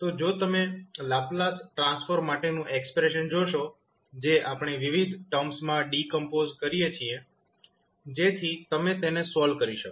તો જો તમે લાપ્લાસ ટ્રાન્સફોર્મ માટેનું એક્સપ્રેશન જોશો જે આપણે વિવિધ ટર્મ્સમાં ડિકોમ્પોઝ કરીએ છીએ જેથી તમે તેને સોલ્વ કરી શકો